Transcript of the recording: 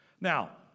Now